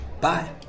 Bye